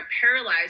paralyzed